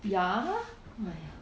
ya !aiyo!